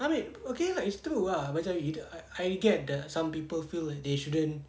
I mean okay lah it's true ah macam you I get there are some people feel that they shouldn't